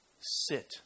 sit